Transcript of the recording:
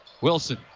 Wilson